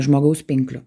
žmogaus pinklių